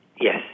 Yes